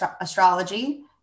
astrology